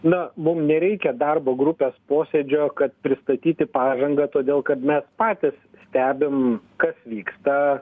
na mum nereikia darbo grupės posėdžio kad pristatyti pažangą todėl kad mes patys stebim kas vyksta